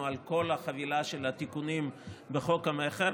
על כל החבילה של התיקונים בחוק המכר,